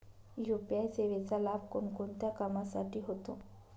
UPI सेवेचा लाभ कोणकोणत्या कामासाठी होतो?